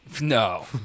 no